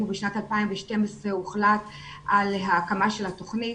בשנת 2012 הוחלט על ההקמה של התוכנית.